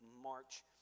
march